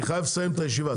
אני חייב לסיים את הישיבה.